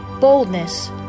boldness